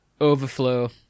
overflow